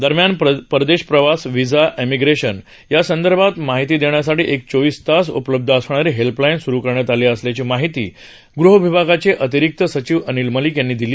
दरम्यान परदेशप्रवास visa immigration या संदर्भात माहिती देण्यासाठी एक चोवीस तास उपलब्धअसणारी हेल्पलाईन स्रू करण्यात आली असल्याची माहिती गृहविभागाचे अतिरिक्त सचिवअनिल मलिक यांनी दिली